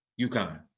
UConn